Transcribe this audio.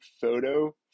photo